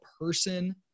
person